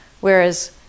Whereas